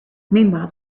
meanwhile